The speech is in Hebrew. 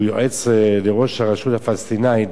שהוא יועץ לראש הרשות הפלסטינית,